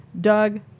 Doug